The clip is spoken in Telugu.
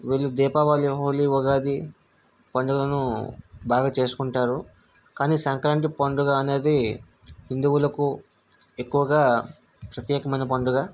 వీళ్ళు దీపావళి హోలీ ఉగాది పండుగను బాగా చేసుకుంటారు కానీ సంక్రాంతి పండుగ అనేది హిందువులకు ఎక్కువగా ప్రత్యేకమైన పండుగ